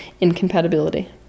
incompatibility